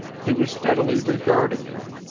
he was steadily regarding her,